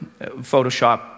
Photoshop